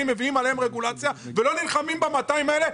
ומביאים עליהם רגולציה ולא נלחמים ב-200 האלה.